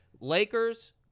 Lakers